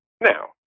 Now